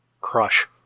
Crush